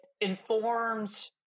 informs